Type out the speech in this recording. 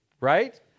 right